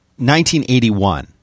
1981